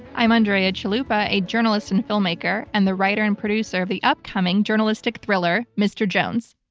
i'm andrea chalupa, a journalist and filmmaker and the writer and producer of the upcoming journalistic thriller mr. jones.